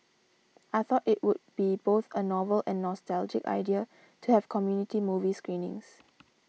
I thought it would be both a novel and nostalgic idea to have community movie screenings